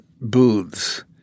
booths